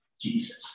Jesus